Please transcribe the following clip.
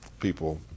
people